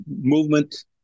movement